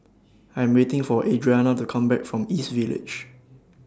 I Am waiting For Adriana to Come Back from East Village